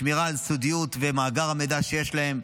בשמירה על סודיות מאגר המידע שיש להם.